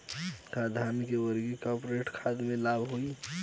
का धान में वर्मी कंपोस्ट खाद से लाभ होई?